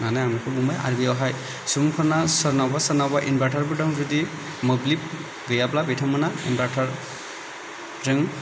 मानो आं बेखौ बुङो आगेयावहाय सुबुंफोरनि सोरनाबा सोरनाबा इनभार्टरफोर दं जुदि मोब्लिब गैयाब्ला बिथांमोननि इनभार्टारजों